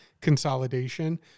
consolidation